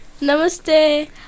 Namaste